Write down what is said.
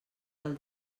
del